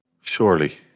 surely